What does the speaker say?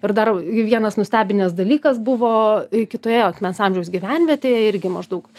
ir dar vienas nustebinęs dalykas buvo kitoje akmens amžiaus gyvenvietėje irgi maždaug